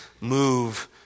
move